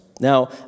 Now